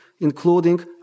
including